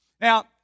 Now